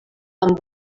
amb